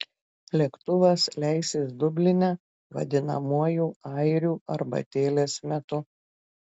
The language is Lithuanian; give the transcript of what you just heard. lėktuvas leisis dubline vadinamuoju airių arbatėlės metu